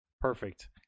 Perfect